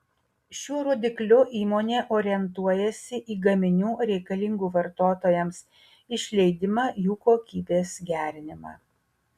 šiuo rodikliu įmonė orientuojasi į gaminių reikalingų vartotojams išleidimą jų kokybės gerinimą